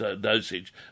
dosage